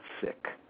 sick